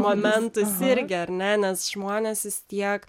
momentus irgi ar ne nes žmonės vis tiek